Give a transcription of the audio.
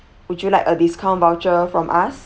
would you like a discount voucher from us